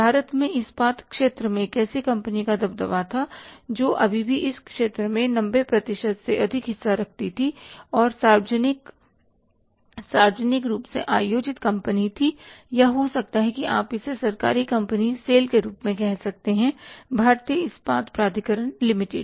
भारत में इस्पात क्षेत्र में एक ऐसी कंपनी का दबदबा था जो अभी भी इस क्षेत्र में नब्बे प्रतिशत से अधिक हिस्सा रखती थी और सार्वजनिक सार्वजनिक रूप से आयोजित कंपनी थी या हो सकता है कि आप इसे सरकारी कंपनी SAIL के रूप में कह सकते हैं भारतीय इस्पात प्राधिकरण लिमिटेड